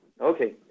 Okay